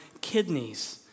kidneys